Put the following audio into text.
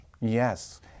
Yes